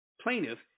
Plaintiff